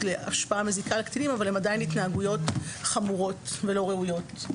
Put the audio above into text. להשפעה מזיקה לקטינים אבל הן עדיין התנהגויות חמורות ולא ראויות.